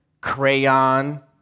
Crayon